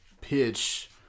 pitch